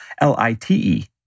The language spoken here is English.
L-I-T-E